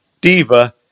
diva